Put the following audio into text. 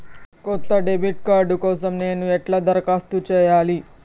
కొత్త debit card కోసం నేను ఎట్లా దరఖాస్తు చేయాలి?